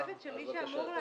אני חושבת שמי שאמור לענות,